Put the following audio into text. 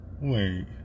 Wait